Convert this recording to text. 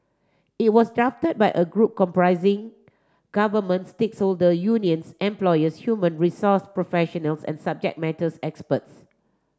it was drafted by a group comprising government stakeholder unions employers human resource professional and subject matters experts